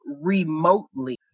remotely